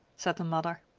said the mother.